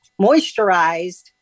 moisturized